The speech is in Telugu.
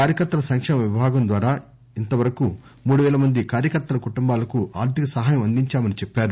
కార్యకర్తల సంకేమ విభాగం ద్వారా ఇంతవరకు మూడు పేల మంది కార్యకర్తల కుటుంబాలకు ఆర్థిక సహాయం అందించామని ఆయన చెప్పారు